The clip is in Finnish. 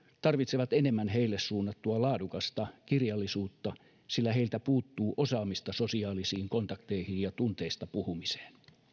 tarvitsevat enemmän heille suunnattua laadukasta kirjallisuutta sillä heiltä puuttuu osaamista sosiaalisiin kontakteihin ja tunteista puhumiseen